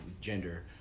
gender